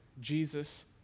Jesus